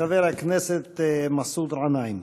חבר הכנסת מסעוד גנאים.